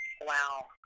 wow